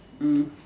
mm